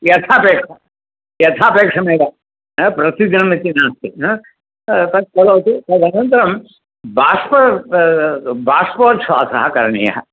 यथापेक्षा यथापेक्षमेव प्रतिदिनम् इति नास्ति तत् करोतु तदनन्तरं बाष्प बाष्पोछ्वासः करणीयः